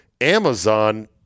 Amazon